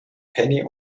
penny